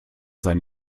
sein